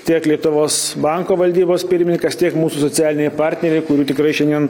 tiek lietuvos banko valdybos pirmininkas tiek mūsų socialiniai partneriai kurių tikrai šiandien